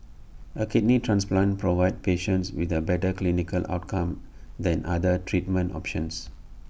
A kidney transplant provides patients with A better clinical outcome than other treatment options